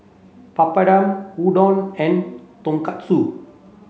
Papadum Udon and Tonkatsu